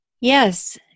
Yes